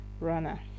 runner